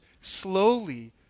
slowly